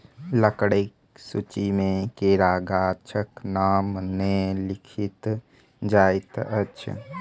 लकड़ीक सूची मे केरा गाछक नाम नै लिखल जाइत अछि